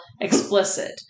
explicit